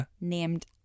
named